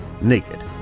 naked